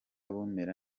bumera